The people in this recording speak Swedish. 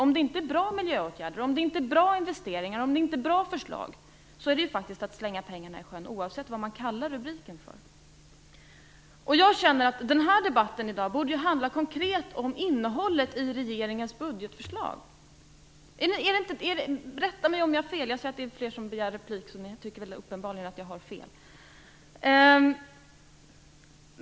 Om det inte är bra miljöåtgärder, om det inte är bra investeringar, om det inte är bra förslag är det faktiskt att slänga pengarna i sjön, oavsett vad man skriver i rubriken. Jag känner att debatten i dag konkret borde handla om innehållet i regeringens budgetförslag. Rätta mig om jag har fel. Jag ser att flera begär replik, så ni tycker uppenbarligen att jag har fel.